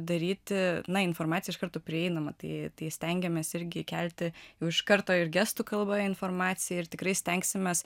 daryti na informacija iš karto prieinama tai stengiamės irgi įkelti jau iš karto ir gestų kalba informaciją ir tikrai stengsimės